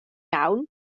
iawn